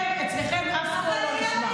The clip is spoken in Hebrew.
אצלכם אף קול לא נשמע.